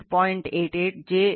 88 j ನೀಡಲಾಗಿದೆ